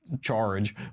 charge